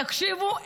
תקשיבו,